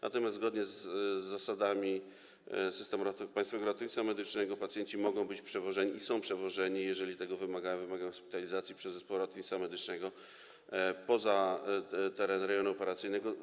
Natomiast zgodnie z zasadami Systemu Państwowego Ratownictwa Medycznego pacjenci mogą być przewożeni i są przewożeni - jeżeli tego wymaga sytuacja, jeżeli wymagają oni hospitalizacji - przez zespoły ratownictwa medycznego poza teren rejonu operacyjnego.